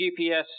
GPS